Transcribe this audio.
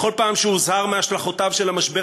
בכל פעם שהוזהר מהשלכותיו של המשבר